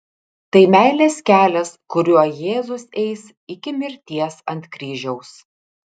tai meilės kelias kuriuo jėzus eis iki mirties ant kryžiaus